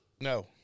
No